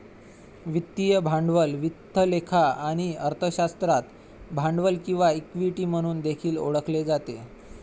वित्तीय भांडवल वित्त लेखा आणि अर्थशास्त्रात भांडवल किंवा इक्विटी म्हणून देखील ओळखले जाते